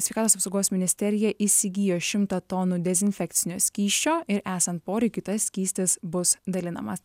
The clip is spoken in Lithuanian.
sveikatos apsaugos ministerija įsigijo šimtą tonų dezinfekcinio skysčio ir esant poreikiui tas skystis bus dalinamas